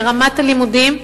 לרמת הלימודים,